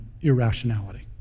irrationality